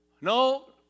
No